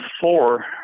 four